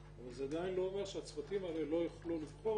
אבל זה עדיין לא אומר שהצוותים האלה לא יוכלו לבחור,